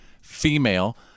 female